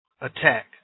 attack